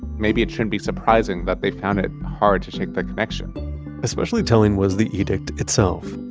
maybe it shouldn't be surprising that they've found it hard to shake the connection especially telling was the edict itself.